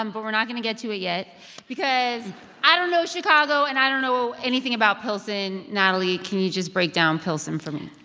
um but we're not going to get to it yet because i don't know chicago, and i don't know anything about pilsen. natalie, can you just break down pilsen for me?